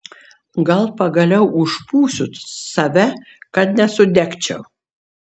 gal pagaliau užpūsiu save kad nesudegčiau